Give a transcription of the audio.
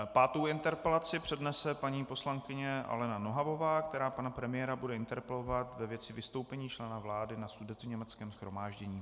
Pátou interpelaci přednese paní poslankyně Alena Nohavová, která pana premiéra bude interpelovat ve věci vystoupení člena vlády na sudetoněmeckém shromáždění.